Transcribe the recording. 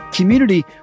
Community